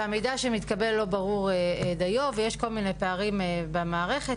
שהמידע שמתקבל לא ברור דיו ויש כל מיני פערים במערכת.